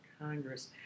Congress